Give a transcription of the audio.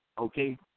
okay